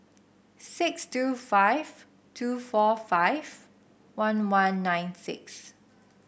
six two five two four five one one nine six